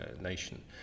nation